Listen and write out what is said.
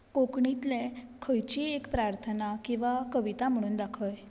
कोंकणींतले खंयची एक प्रार्थना किंवा कविता म्हणून दाखय